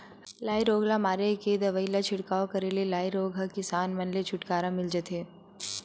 लाई रोग ल मारे के दवई ल छिड़काव करे ले लाई रोग ह किसान मन ले छुटकारा मिल जथे